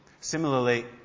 Similarly